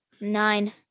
Nine